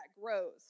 grows